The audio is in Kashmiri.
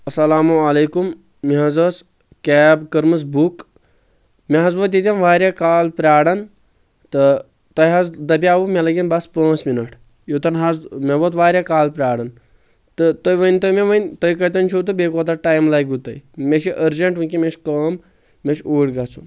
اسلامُ علیکُم مےٚ حظ ٲس کیب کٔرمٕژ بُک مےٚ حظ ووت یتین واریاہ کال پراران تہٕ تۄہہِ حظ دپیاوُ مےٚ لگن بس پانٛژھ منٹ یوٚتن حظ مےٚ ووت واریاہ کال پراران تہٕ تُہۍ ؤنۍتو مےٚ وۄنۍ تُہۍ کتٮ۪ن چھِو تہٕ بییٚہِ کوٗتاہ ٹایم لگِوٕ تۄہہِ مےٚ چھُ أرجیٚنٹ وُنکٮ۪ن مےٚ چھِ کٲم مےٚ چھُ اوٗرۍ گژھُن